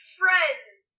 friends